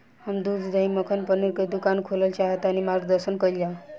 हम दूध दही मक्खन पनीर के दुकान खोलल चाहतानी ता मार्गदर्शन कइल जाव?